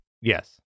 Yes